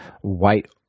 white